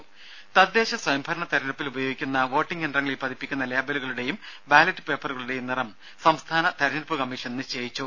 രംഭ തദ്ദേശ സ്വയംഭരണ തിരഞ്ഞെടുപ്പിൽ ഉപയോഗിക്കുന്ന വോട്ടിംഗ് യന്ത്രങ്ങളിൽ പതിപ്പിക്കുന്ന ലേബലുകളുടെയും ബാലറ്റ് പേപ്പറുകളുടെയും നിറം സംസ്ഥാന തിരഞ്ഞെടുപ്പ് കമ്മീഷൻ നിശ്ചയിച്ചു